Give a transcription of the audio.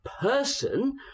person